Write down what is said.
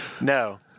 No